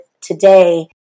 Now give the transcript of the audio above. today